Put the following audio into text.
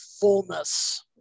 fullness